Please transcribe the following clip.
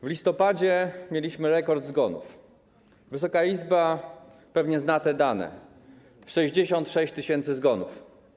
W listopadzie mieliśmy rekord zgonów, Wysoka Izba pewnie zna te dane: 66 tys. zgonów.